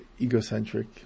egocentric